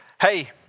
Hey